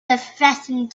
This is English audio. threatened